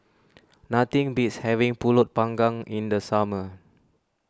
nothing beats having Pulut Panggang in the summer